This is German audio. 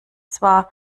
zwar